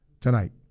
tonight